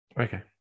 Okay